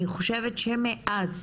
אני חושבת שמאז